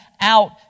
out